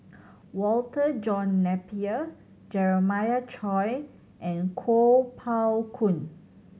Walter John Napier Jeremiah Choy and Kuo Pao Kun